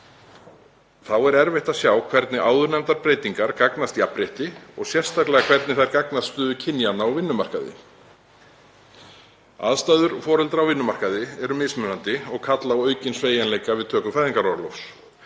Þá er erfitt að sjá hvernig áðurnefndar breytingar gagnast jafnrétti og sérstaklega hvernig þær gagnast stöðu kynjanna á vinnumarkaði. Aðstæður foreldra á vinnumarkaði eru mismunandi og kalla á aukinn sveigjanleika við töku fæðingarorlofs.